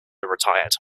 retired